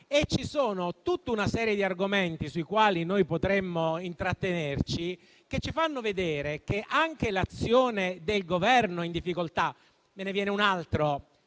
E c'è tutta una serie di argomenti, sulla quale potremmo intrattenerci, che ci fa vedere che l'azione del Governo è in difficoltà. Me ne viene un altro: